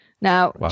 Now